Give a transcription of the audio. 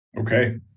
Okay